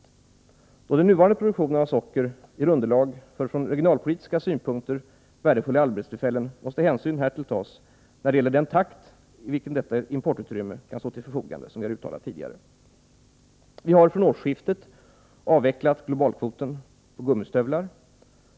Då den nuvarande gentemot u-länder produktionen av socker ger underlag för från regionalpolitiska synpunkter — na värdefulla arbetstillfällen måste hänsyn härtill tas när det gäller den takt i vilken detta importutrymme kan stå till förfogande, som jag uttalat tidigare. Vi har från årsskiftet avvecklat globalkvoten på gummistövlar.